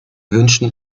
wünschen